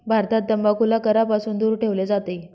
भारतात तंबाखूला करापासून दूर ठेवले जाते